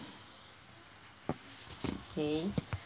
okay